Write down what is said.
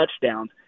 touchdowns